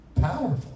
Powerful